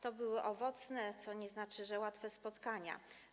To były owocne, co nie znaczy, że łatwe, spotkania.